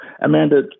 Amanda